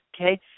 Okay